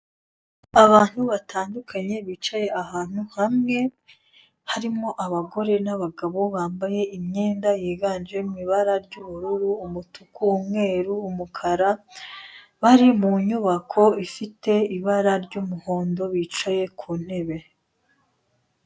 Abantu batandukanye bicaye ahantu hamwe, harimo abagore n'abagabo bambaye imyenda yiganje mu ibara ry'ubururu, umutuku, umweru, umukara. Bari mu nyubako ifite ibara ry'umuhondo bicaye ku ntebe.